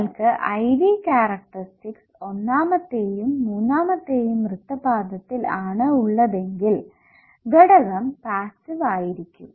നിങ്ങൾക്ക് IV characteristics ഒന്നാമത്തെയും മൂന്നാമത്തെയും വൃത്തപാദത്തിൽ ആണ് ഉള്ളതെങ്കിൽ ഘടകം പാസ്സീവ് ആയിരിക്കും